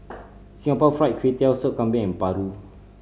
Singapore Fried Kway Tiao Soup Kambing and paru